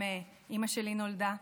שם אימא שלי נולדה,